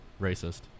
Racist